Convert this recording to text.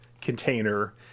container